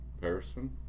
Person